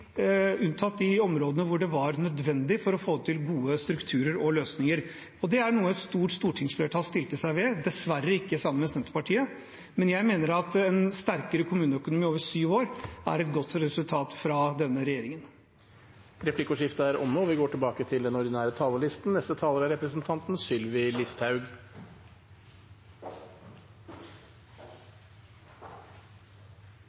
områdene hvor det var nødvendig for å få til gode strukturer og løsninger. Det er noe et stort stortingsflertall stilte seg bak, dessverre ikke sammen med Senterpartiet, og jeg mener at en sterkere kommuneøkonomi over syv år er et godt resultat fra denne regjeringen. Replikkordskiftet er omme.